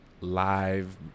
live